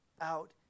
out